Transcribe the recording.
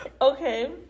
okay